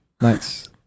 Nice